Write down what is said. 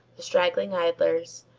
the straggling idlers,